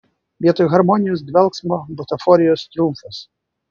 vietoj harmonijos dvelksmo butaforijos triumfas